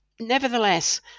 Nevertheless